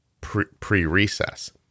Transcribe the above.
pre-recess